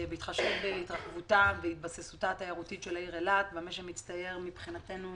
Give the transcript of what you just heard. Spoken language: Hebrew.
בהתחשב בהתבססותה התיירותית של העיר אילת במה שמצטייר מבחינתנו